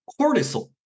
cortisol